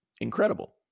incredible